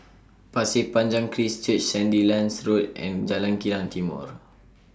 Pasir Panjang Christ Church Sandilands Road and Jalan Kilang Timor